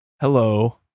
Hello